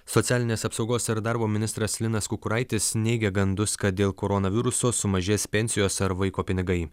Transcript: socialinės apsaugos ir darbo ministras linas kukuraitis neigia gandus kad dėl koronaviruso sumažės pensijos ar vaiko pinigai